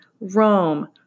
Rome